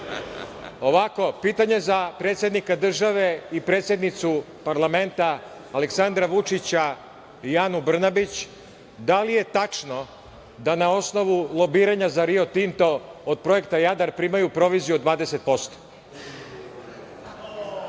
pitanje za predsednika države i predsednicu parlamenta, Aleksandra Vučića i Anu Brnabić – da li je tačno da na osnovu lobiranja za Rio Tinto od projekta „Jadar“ primaju proviziju od